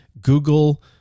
Google